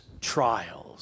trials